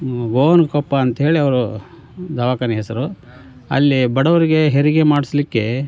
ಗೋವನಕೊಪ್ಪ ಅಂತ ಹೇಳಿ ಅವ್ರ ದವಾಖಾನೆ ಹೆಸರು ಅಲ್ಲಿ ಬಡವರಿಗೆ ಹೆರಿಗೆ ಮಾಡಿಸಲಿಕ್ಕೆ